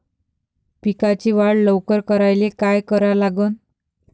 पिकाची वाढ लवकर करायले काय करा लागन?